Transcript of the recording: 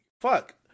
fuck